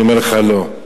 אני אומר לך: לא.